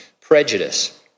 prejudice